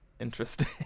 Interesting